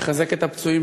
לחזק את הפצועים,